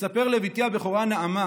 לספר לבתי הבכורה נעמה